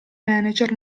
manager